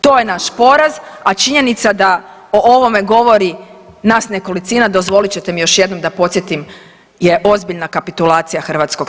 To je naš poraz, a činjenica da o ovome govori nas nekolicina, dozvolit ćete mi još jednom da podsjetim, je ozbiljna kapitulacija HS-a.